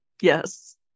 yes